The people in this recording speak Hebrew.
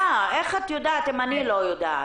איך את יודעת אם אני לא יודעת?